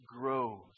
grows